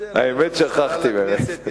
האמת, שכחתי באמת.